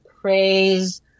praise